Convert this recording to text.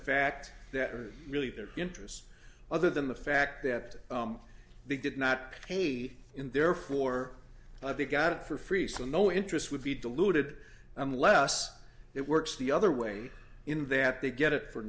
fact that are really their interests other than the fact that they did not pay in therefore i think got it for free so no interest would be diluted unless it works the other way in that they get it for